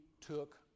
took